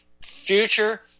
future